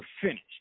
finished